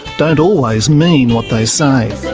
don't always mean what they say.